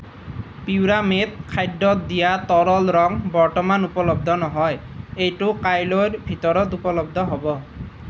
পিউৰামেট খাদ্যত দিয়া তৰল ৰং বৰ্তমান উপলব্ধ নহয় এইটো কাইলৈৰ ভিতৰত ঊপলব্ধ হ'ব